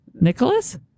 Nicholas